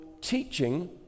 teaching